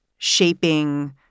shaping